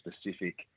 specific